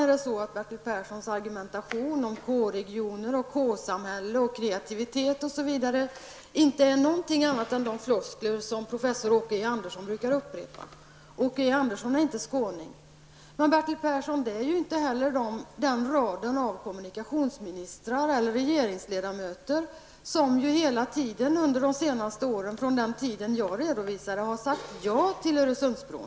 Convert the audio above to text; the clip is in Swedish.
I övrigt är Bertil Perssons argumentation om K-regioner, K-samhälle, kreativitet, osv. inte är något annat än de floskler som professor Åke E Andersson brukar upprepa. Åke E Andersson är inte skåning. Men, Bertil Persson, det är inte heller den rad av kommunikationsministrar eller regeringsledamöter som hela tiden under de senaste åren, från den tid som jag har redovisat, har sagt ja till Öresundsbron.